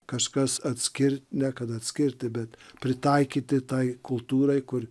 kažkas atskirti ne kad atskirti bet pritaikyti tai kultūrai kur